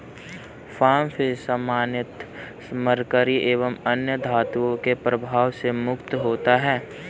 farm fish सामान्यतः mercury एवं अन्य धातुओं के प्रभाव से मुक्त होता है